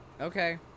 Okay